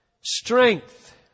strength